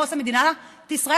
מה עושה מדינת ישראל?